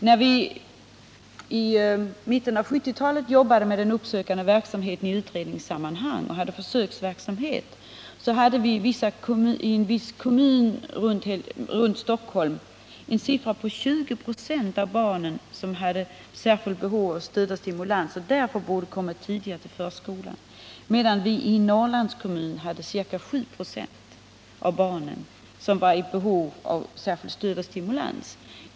När vi i mitten av 1970-talet i utredningssammanhang arbetade med den uppsökande verksamheten och hade försöksverksamhet visade det sig att i en viss kommun intill Stockholm 20 96 av barnen hade ett särskilt behov av stöd och stimulans och av den anledningen hade bort komma tidigare till förskolan. I en Norrlandskommun hade däremot 7 96 av barnen behov av särskilt stöd och stimulans.